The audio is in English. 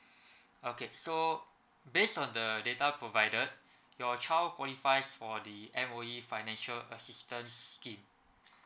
so based on the data provided your child qualifies for the M_O_E financial assistance scheme